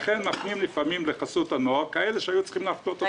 לכן מפנים לפעמים לחסות הנוער כאלה שהיו צריכים להפנות לילד ונוער.